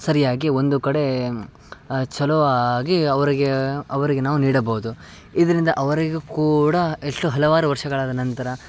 ಸರಿಯಾಗಿ ಒಂದು ಕಡೆ ಛಲೋ ಆಗಿ ಅವರಿಗೆ ಅವರಿಗೆ ನಾವು ನೀಡಬೌದು ಇದರಿಂದ ಅವರಿಗೂ ಕೂಡ ಎಷ್ಟೋ ಹಲವಾರು ವರ್ಷಗಳಾದ ನಂತರ